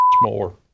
more